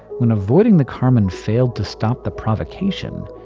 when avoiding the carmine failed to stop the provocation,